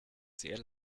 sehr